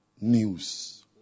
news